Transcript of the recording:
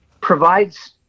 provides